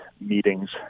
meetings